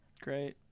Great